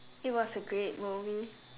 it was a great movie